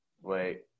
Wait